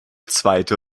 zweite